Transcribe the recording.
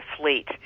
fleet